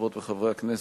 חברות וחברי הכנסת,